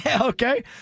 Okay